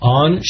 on